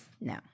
No